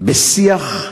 בשיח,